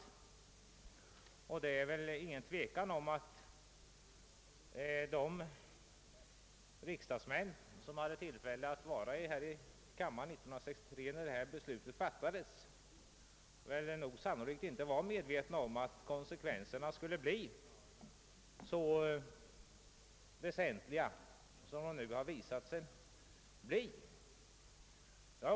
Utan tvivel var väl inte heller de riksdagsmän som tillhörde denna kammare 1963 medvetna om att konsekvenserna av det beslut som då fattades skulle bli sådana som de sedan har blivit.